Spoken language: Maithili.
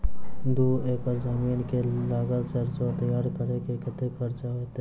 दू एकड़ जमीन मे लागल सैरसो तैयार करै मे कतेक खर्च हेतै?